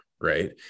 right